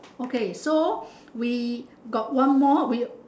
okay so we got one more we'll